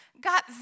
got